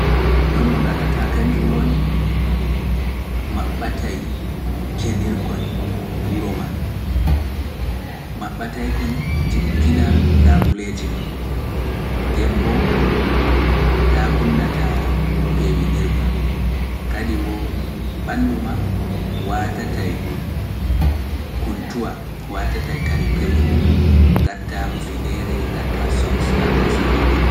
Noon no gaɗata ka njum woni maɓɓatay cenirkoñ wuro ma maɓɓatay koñ jippina laabuleeji ma nden mboo taakunata peewinirga kadi mboo ɓanndu ma watatay kuntuwa watatay kare pewri gatta hufineere gatta soks gatta salla juutka